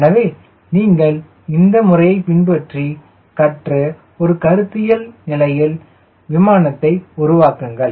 எனவே நீங்கள் இந்த முறையை பின்பற்றி கற்று ஒரு கருத்தியல் விமானத்தை உருவாக்குங்கள்